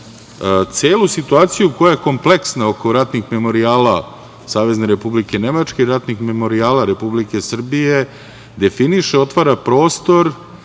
celu situaciju koja je kompleksna oko ratnih memorijala Savezne Republike Nemačke, ratnih memorijala Republike Srbije, definiše, otvara prostor